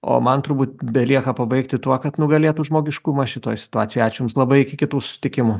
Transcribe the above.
o man turbūt belieka pabaigti tuo kad nugalėtų žmogiškumas šitoj situacijoj ačiū jums labai iki kitų susitikimų